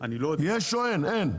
אין.